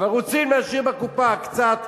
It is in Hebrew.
אבל רוצים להשאיר בקופה קצת,